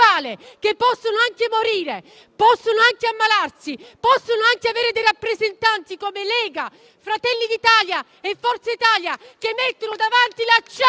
possono anche morire, possono anche ammalarsi, possono anche avere dei rappresentanti, come Lega, Fratelli d'Italia e Forza Italia, che mettono l'acciaio